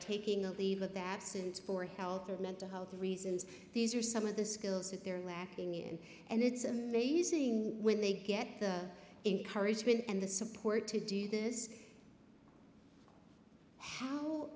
taking a leave of absence for health or mental health reasons these are some of the skills that they're lacking in and it's amazing when they get the encouragement and the support to do this how